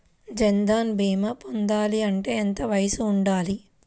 జన్ధన్ భీమా పొందాలి అంటే ఎంత వయసు ఉండాలి?